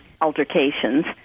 altercations